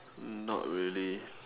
not really